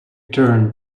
turned